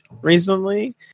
recently